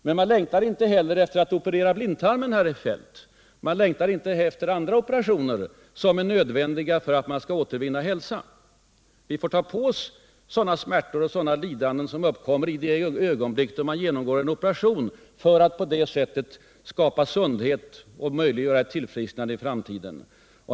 Men man längtar inte heller efter att operera blindtarmen, herr Feldt, eller efter andra operationer som är nödvändiga för att återvinna hälsan. Vi får ta på oss sådana smärtor och lidanden som uppkommer i det ögonblick då man genomgår en operation för att på det sättet skapa sundhet och möjliggöra ett tillfrisknande i framtiden.